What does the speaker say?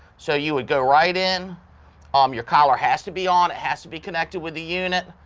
so you would go right in um your collar has to be on, it has to be connected with the unit.